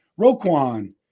Roquan